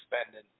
spending